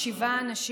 שבעה אנשים,